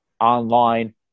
online